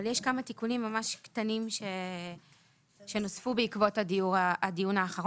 אבל יש כמה תיקונים ממש קטנים שנוספו בעקבות הדיון האחרון.